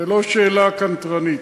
זו לא שאלה קנטרנית,